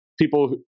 people